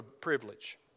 privilege